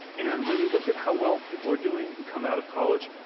and when you look at how well people are doing who come out of college,